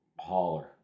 holler